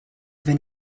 wenn